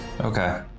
Okay